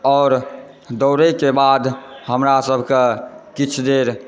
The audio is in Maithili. आओर दौड़यके बाद हमरा सबके किछु देर